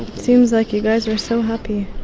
seems like you guys were so happy